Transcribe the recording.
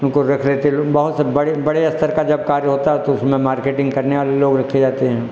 उनको रख लेते लोग बहुत से बड़े बड़े स्तर का जब कार्य होता है तो उसमें मार्केटिंग करने वाले लोग रखे जाते हैं